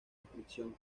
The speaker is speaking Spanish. descripción